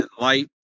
light